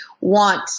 want